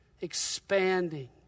expanding